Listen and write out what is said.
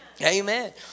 Amen